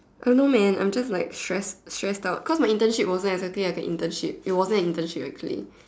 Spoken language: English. I am no man I am just like stress stress out cause my internship wasn't exactly like a internship it wasn't a internship actually